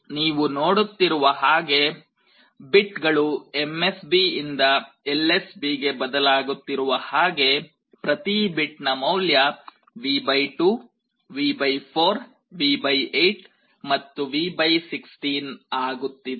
ನೀವು ನೋಡುತ್ತಿರುವ ಹಾಗೆ ಬಿಟ್ ಗಳು MSB ಇಂದ LSB ಗೆ ಬದಲಾಗುತ್ತಿರುವ ಹಾಗೆ ಪ್ರತಿ ಬಿಟ್ ನ ಮೌಲ್ಯ V 2 V 4 V 8 ಮತ್ತು V 16 ಆಗುತ್ತಿದೆ